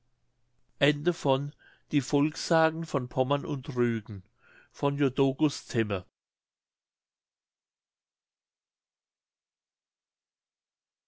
die volkssagen von pommern und rügen von je